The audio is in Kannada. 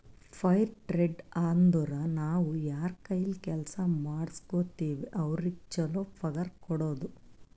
ಫೈರ್ ಟ್ರೇಡ್ ಅಂದುರ್ ನಾವ್ ಯಾರ್ ಕೈಲೆ ಕೆಲ್ಸಾ ಮಾಡುಸ್ಗೋತಿವ್ ಅವ್ರಿಗ ಛಲೋ ಪಗಾರ್ ಕೊಡೋದು